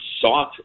sought